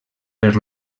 per